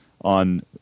on